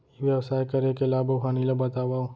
ई व्यवसाय करे के लाभ अऊ हानि ला बतावव?